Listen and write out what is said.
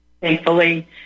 thankfully